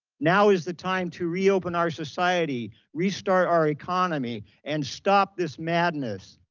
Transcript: now is the time to reopen our society, restart our economy, and stop this madness.